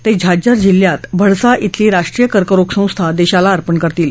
ते झाज्जर जिल्ह्यात भडसा केली राष्ट्रीय कर्करोग संस्था देशाला अर्पण करतील